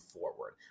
forward